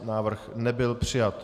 Návrh nebyl přijat.